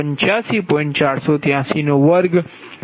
4832 એટલે કે તે 4